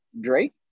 Drake